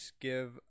give